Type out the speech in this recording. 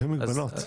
היו מגבלות.